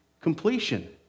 completion